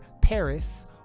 paris